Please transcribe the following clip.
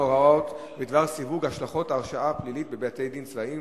הוראות בדבר סיוג השלכות הרשעה פלילית בבתי-דין צבאיים),